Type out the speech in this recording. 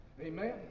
Amen